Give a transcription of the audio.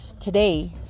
today